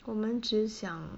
我们只想